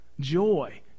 joy